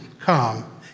come